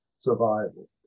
survival